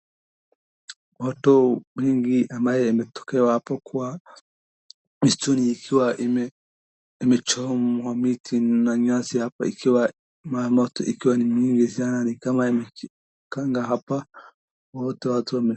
Moto wengi ambaye imetokewa hapo kwa msituni ikiwa imechomwa miti na nyasi hapa ikiwa moto ikiwa ni mingi sana ni kama imefikanga hapa. Moto watu wame...